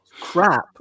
Crap